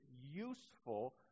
useful